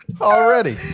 Already